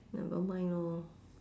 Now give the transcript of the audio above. nevermind lor